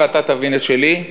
ואתה תבין את שלי,